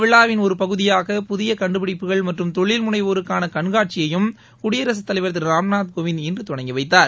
விழாவின் ஒரு பகுதியாக புதிய கண்டுபிடிப்புகள் மற்றும் தொழில்முனைவோருக்கான இந்த கண்காட்சியையும் குடியரசு தலைவர் திரு ராம்நாத் கோவிந்த் இன்று தொடங்கி வைத்தார்